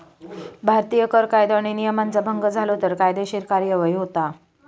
भारतीत कर कायदो आणि नियमांचा भंग झालो तर कायदेशीर कार्यवाही होता